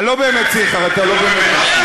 אני לא באמת צריך, אבל אתה לא באמת מקשיב.